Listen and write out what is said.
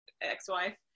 ex-wife